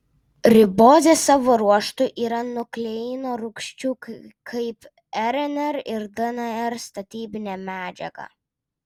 ribozė savo ruožtu yra nukleino rūgščių kaip rnr ir dnr statybinė medžiaga